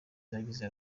zigize